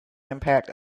impact